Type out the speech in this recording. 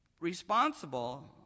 responsible